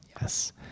Yes